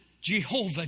Jehovah